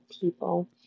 people